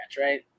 right